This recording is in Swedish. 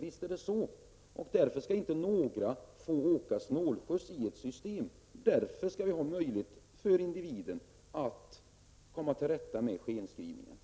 Ingen skall tillåtas åka snålskjuts i ett system. I detta fall måste det skapas möjligheter att komma till rätta med det jag kallar för skenskrivningar.